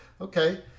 Okay